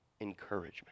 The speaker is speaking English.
encouragement